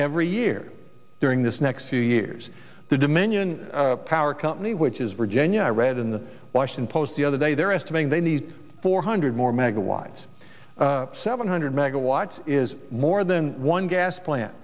every year during this next few years the dimension power company which is virginia i read in the washington post the other day they're estimating they need four hundred more mega wise seven hundred megawatts is more than one gas plant